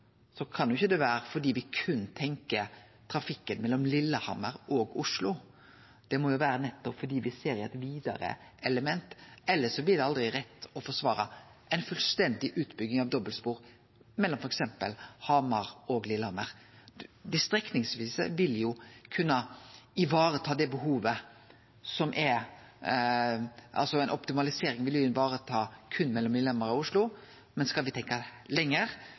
kan det jo ikkje vere fordi me berre tenkjer på trafikken mellom Lillehammer og Oslo. Det må vere fordi me ser eit vidare element. Elles blir det aldri rett å forsvare ei fullstendig utbygging av dobbeltspor, f.eks. mellom Hamar og Lillehammer. Ei optimalisering av strekninga vil kunne vareta behovet som er